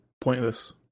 Pointless